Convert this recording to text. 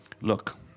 Look